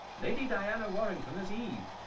lady diana warrington as eve